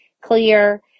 clear